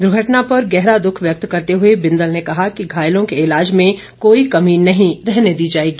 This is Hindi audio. दुर्घटना पर गहरा दुख व्यक्त करते हुए बिंदल ने कहा कि घायलों के इलाज में कोई कमी नहीं रहने दी जाएगी